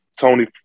Tony